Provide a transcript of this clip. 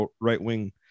right-wing